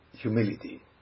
humility